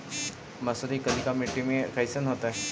मसुरी कलिका मट्टी में कईसन होतै?